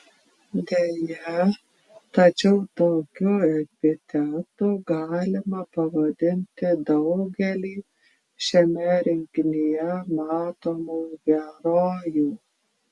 deja tačiau tokiu epitetu galima pavadinti daugelį šiame rinkinyje matomų herojų